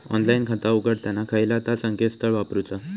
Online खाता उघडताना खयला ता संकेतस्थळ वापरूचा?